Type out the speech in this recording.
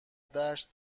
دشت